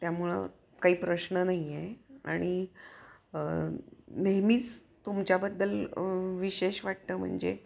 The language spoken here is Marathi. त्यामुळं काही प्रश्न नाही आहे आणि नेहमीच तुमच्याबद्दल विशेष वाटतं म्हणजे